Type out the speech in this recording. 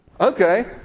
Okay